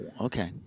okay